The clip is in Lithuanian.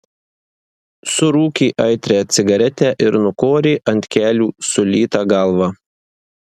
surūkė aitrią cigaretę ir nukorė ant kelių sulytą galvą